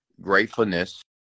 gratefulness